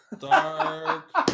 dark